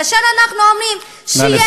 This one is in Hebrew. וכאשר אנחנו אומרים שיש,